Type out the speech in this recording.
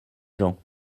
gens